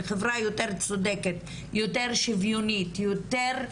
לחברה יותר צודקת ויותר שוויונית,